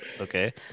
okay